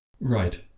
Right